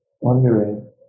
wondering